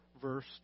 verse